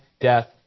death